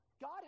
God